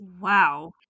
wow